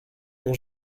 ont